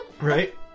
Right